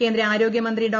കേന്ദ്ര ആരോഗ്യമന്ത്രി ഡോ